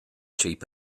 cheap